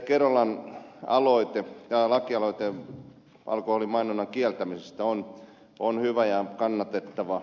kerolan lakialoite alkoholimainonnan kieltämisestä on hyvä ja kannatettava